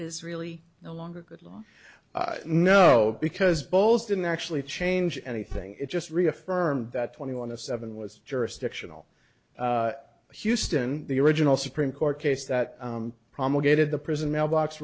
is really no longer good law no because balls didn't actually change anything it just reaffirmed that twenty one of seven was jurisdictional houston the original supreme court case that promulgated the prison mailbox